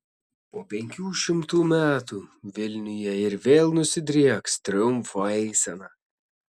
po penkių šimtų metų vilniuje ir vėl nusidrieks triumfo eisena